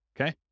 okay